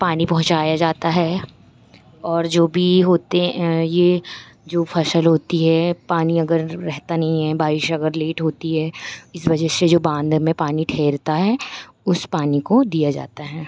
पानी पहुँचाया जाता है और जो भी होते यह जो फसल होती है पानी अगर रहता नहीं है बारिश अगर लेट होती है इस वजह से जो बाँध में पानी ठहरता है उस पानी को दिया जाता है